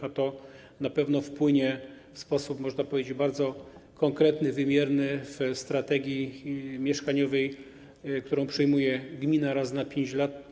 A to na pewno wpłynie w sposób, można powiedzieć, bardzo konkretny, wymierny na strategię mieszkaniową, którą przyjmuje gmina raz na 5 lat.